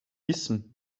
wissen